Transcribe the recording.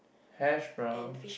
hash brown